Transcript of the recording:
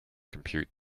compute